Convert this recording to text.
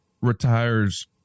retires